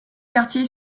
quartier